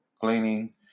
cleaning